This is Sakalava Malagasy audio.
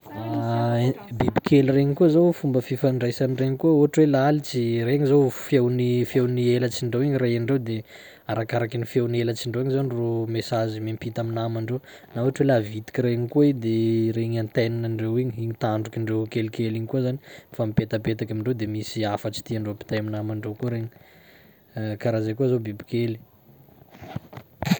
Bibikely regny koa zao fomba fifandraisan'iregny koa ohatry hoe lalitsy regny zao feon'ny- feon'ny helatsindreo igny raha henondreo de arakaraky ny feon'ny helatsindreo igny zany rô message mempita amin'ny namandreo, na ohatry hoe la vitika regny koa i de regny antenne-ndreo igny, igny tandrokindreo kelikely igny koa zany fampipetapetaky amin-dreo de misy hafatsy tian'reo ampitay amy naman-dreo koa regny karaha zay koa zao bibikely.